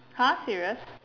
!huh! serious